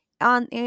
on